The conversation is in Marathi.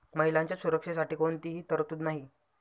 महिलांच्या सुरक्षेसाठी कोणतीही तरतूद नाही